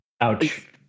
ouch